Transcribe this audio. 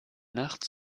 nacht